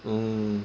mm